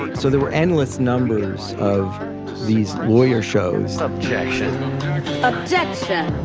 so there were endless numbers of these lawyer shows. objection objection.